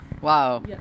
Wow